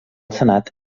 senat